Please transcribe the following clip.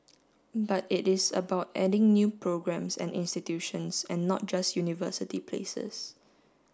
but it is about adding new programmes and institutions and not just university places